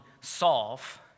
solve